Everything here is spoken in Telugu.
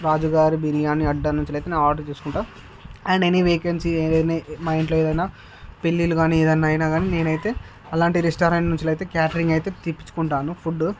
రాజుగారి బిర్యానీ అడ్డా నుంచి అయితే నేను ఆర్డర్ చేసుకుంటాను అండ్ ఎనీ వేకన్సీ మా ఇంట్లో ఏదన్నా పెళ్ళిళ్ళు కానీ ఏదైనా అయినా కానీ నేనైతే అలాంటి రెస్టారెంట్ నుంచి అయితే క్యాటరింగ్ అయితే తెపించుకుంటాను ఫుడ్డు